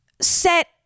set